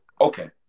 Okay